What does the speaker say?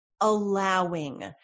allowing